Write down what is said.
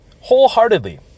wholeheartedly